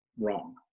wrong